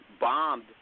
bombed